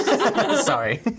Sorry